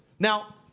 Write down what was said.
Now